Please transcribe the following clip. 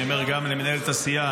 אני אומר גם למנהלת הסיעה,